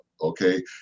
okay